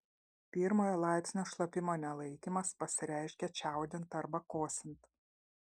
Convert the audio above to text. pirmojo laipsnio šlapimo nelaikymas pasireiškia čiaudint arba kosint